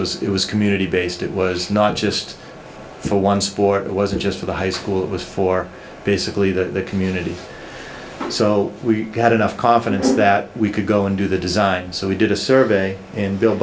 was it was community based it was not just for one sport it wasn't just for the high school it was for basically the community so we had enough confidence that we could go and do the design so we did a survey and bil